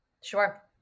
Sure